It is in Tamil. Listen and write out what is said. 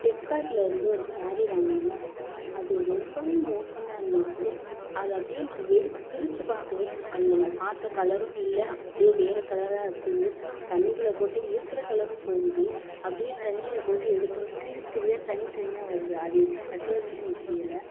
ஃபிளிப்கார்ட்லருந்து ஒரு ஸாரி வாங்கினேன் அது ரொம்பவுமே மோசமாக இருந்துச்சு அது அப்படியே நான் எடுத்து பிரித்து பார்க்குறேன் அந்த நான் பார்த்த கலரும் இல்லை அப்படியே வேற கலராக இருக்குது தண்ணிக்குள்ள போட்டால் இருக்குகிற கலரும் போகுது அப்படியே தண்ணிரில் போட்டு எடுத்தோம்னால் திரி திரியாக தனித்தனியாக வருது அது எப்படி கட்டுறதுனே எனக்கு புரியலை